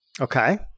Okay